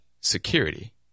security